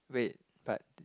wait but